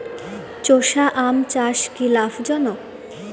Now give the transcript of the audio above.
চোষা আম চাষ কি লাভজনক?